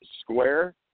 Square